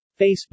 Facebook